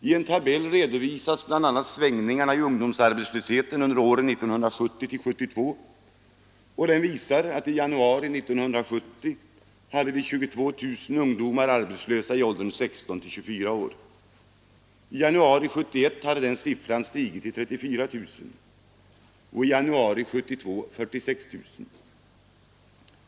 I en tabell redovisas bl.a. svängningarna i ungdomsarbetslösheten under åren 1970-1972, och den visar att vi i januari 1970 hade 22 000 arbetslösa ungdomar i åldern 16—24 år; i januari 1971 hade siffran stigit till 344 000 och i januari 1972 till 46 000.